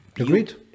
Agreed